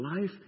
life